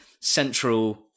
central